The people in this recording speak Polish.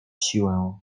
siłę